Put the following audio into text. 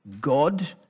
God